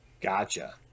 Gotcha